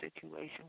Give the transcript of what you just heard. situation